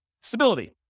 Stability